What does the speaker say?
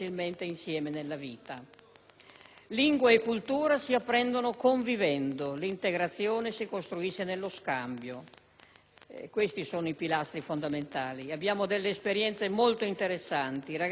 Lingua e cultura si apprendono convivendo; l'integrazione si costruisce nello scambio: questi sono i pilastri fondamentali. Abbiamo esperienze molto interessanti: i ragazzi italiani sanno